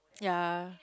yeah